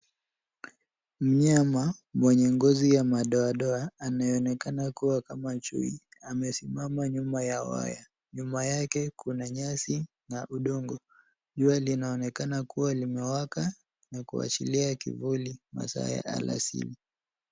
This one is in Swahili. Mnyama mwenye ngozi ya madoadoa anayeonekana kama chui amesimama nyuma ya waya. Nyuma yake kuna nyasi na udongo. Jua linaonekana kuwa limewaka na kuachilia kivuli masaa ya alasiri.